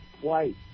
White